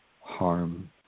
harm